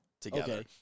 together